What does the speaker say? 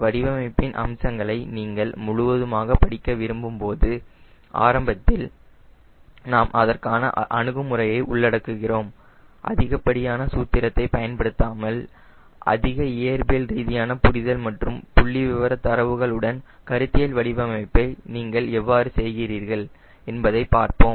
வடிவமைப்பின் அம்சங்களை நீங்கள் முழுவதுமாக முடிக்க விரும்பும்போது ஆரம்பத்தில் நாம் அதற்கான அணுகுமுறையை உள்ளடக்குகிறோம் அதிகப்படியான சூத்திரத்தைப் பயன்படுத்தாமல் அதிக இயற்பியல் ரீதியான புரிதல் மற்றும் புள்ளிவிவரத் தரவுகள் உடன் கருத்தியல் வடிவமைப்பை நீங்கள் எவ்வாறு செய்கிறீர்கள் என்பதை பார்ப்போம்